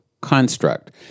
construct